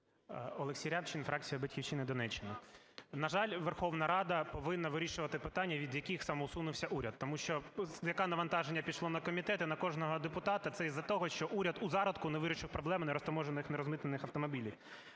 Олексій Рябчин, фракція "Батьківщина", Донеччина. На жаль, Верховна Рада повинна вирішувати питання, від яких самоусунувся уряд, тому що яке навантаження пішло на комітети і на кожного депутата, це із-за того, що уряд у зародку не вирішив проблеми нерозтаможених… нерозмитнених автомобілів.